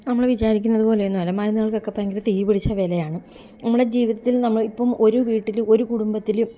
നമ്മള് വിചാരിക്കുന്നതുപോലെയൊന്നുമല്ല മരുന്നുകൾക്കൊക്കെ ഭയങ്കര തീപിടിച്ച വിലയാണ് നമ്മുടെ ജീവിതത്തിൽ നമ്മള് ഇപ്പോള് ഒരു വീട്ടില് ഒരു കുടുംബത്തില്